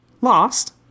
Lost